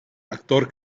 actor